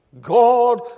God